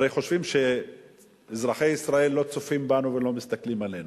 הרי חושבים שאזרחי ישראל לא צופים בנו ולא מסתכלים עלינו.